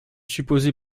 supposé